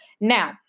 Now